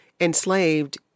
enslaved